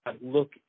look